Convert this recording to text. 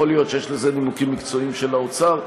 יכול להיות שיש לזה נימוקים מקצועיים של האוצר.